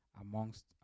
amongst